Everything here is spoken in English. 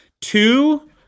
Two